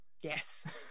Yes